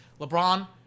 LeBron